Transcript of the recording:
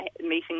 meeting